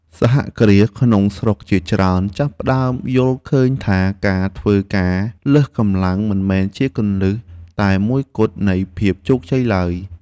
សហគ្រាសក្នុងស្រុកជាច្រើនចាប់ផ្តើមយល់ឃើញថាការធ្វើការលើសកម្លាំងមិនមែនជាគន្លឹះតែមួយគត់នៃភាពជោគជ័យឡើយ។